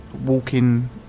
walking